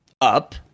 up